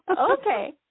Okay